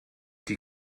die